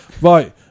right